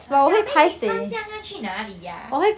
小妹你穿这样要去哪里 ah